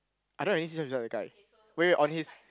I don't have any seashell beside the guy wait wait on his